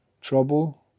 trouble